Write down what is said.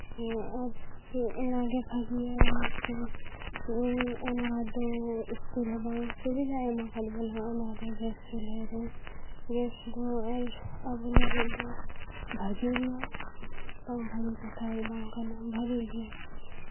ᱦᱮᱸ ᱟᱨ ᱚᱱᱟᱜᱮ ᱵᱷᱟᱹᱜᱤᱭᱟ ᱠᱷᱟᱹᱞᱤ ᱚᱱᱟᱫᱚ ᱩᱥᱠᱩᱨ ᱦᱚᱸ ᱵᱟᱝ ᱥᱩᱵᱤᱫᱷᱟ ᱮᱢ ᱠᱟᱜ ᱵᱚᱱᱟ ᱚᱱᱟᱨᱮ ᱜᱮᱥ ᱪᱩᱞᱦᱟᱹ ᱨᱮ ᱜᱮᱥ ᱫᱚ ᱟᱨ ᱟᱵᱚ ᱞᱟᱹᱜᱤᱫ ᱫᱚ ᱵᱷᱟᱹᱜᱤ ᱜᱮᱭᱟ ᱵᱟᱝ ᱵᱷᱟᱹᱜᱤ ᱠᱟᱛᱷᱟ ᱫᱚ ᱵᱟᱝ ᱠᱟᱱᱟ ᱵᱷᱟᱹᱜᱤ ᱜᱮᱭᱟ